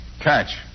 catch